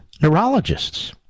neurologists